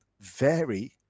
vary